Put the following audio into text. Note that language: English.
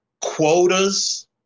quotas